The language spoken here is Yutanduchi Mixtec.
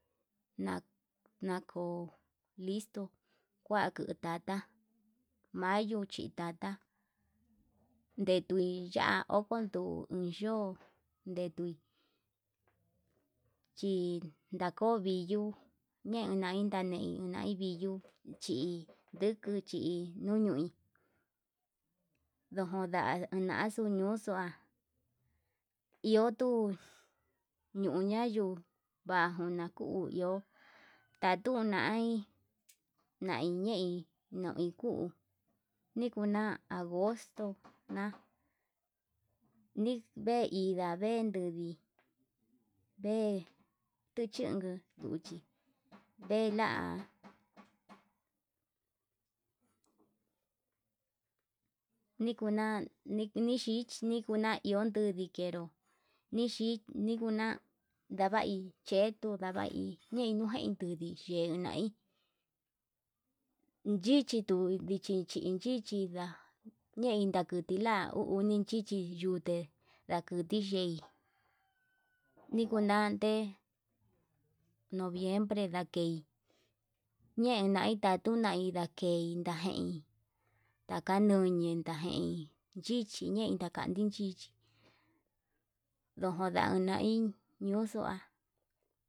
Nako'o listo kua kuu tata mayo chi tata, ndetui ya'á okondu yo'ó ndetui, chindako viyo'o ñenai tanei nai viyuu chí nduku chi nuñui ndojo nda'axu ñuxua iho tuu ñuña yuu vanjuna nuku iho vanguna nai naiñei noi kuu nikuna Agosto nikua, vee inda vee ndui vee tuchuku nduchí vela nikuna, nixhii nikuna ndikenró chi ndikuna ndavai che'e tuu ndai ñei ujain tuu ye'e nai ndichi tuu ndichi chinchi, chinda ñein bajuu tila'a uu uni xhichi lute ndakuti ye'í, nikunan te'e noviembre ndakei ñenai tatuna ndakei ndajei ndaka nuñe nakei yichinei ndakandi, chichi ndojo na ndai nduxua.